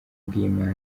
bw’imana